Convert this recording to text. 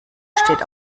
steht